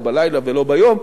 או בלילה ולא ביום,